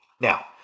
Now